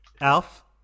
Alf